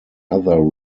other